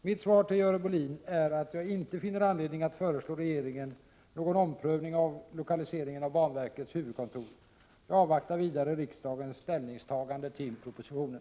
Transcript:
Mitt svar till Görel Bohlin är att jag inte finner anledning att föreslå regeringen någon omprövning av lokaliseringen av banverkets huvudkontor. Jag avvaktar vidare riksdagens ställningstagande till propositionen.